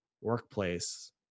workplace